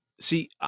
See